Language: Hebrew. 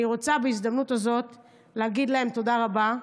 אני רוצה בהזדמנות הזאת להגיד להם תודה רבה,